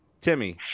Timmy